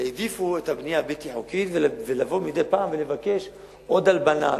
והעדיפו את הבנייה הבלתי-חוקית ולבוא מדי פעם ולבקש עוד הלבנה,